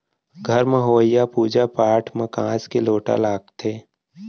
घर म होवइया पूजा पाठ म कांस के लोटा लागथे